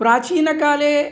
प्राचीनकाले